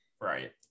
Right